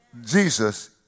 Jesus